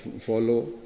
follow